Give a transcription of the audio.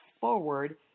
forward